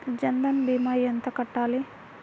జన్ధన్ భీమా ఎంత కట్టాలి?